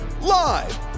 live